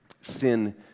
Sin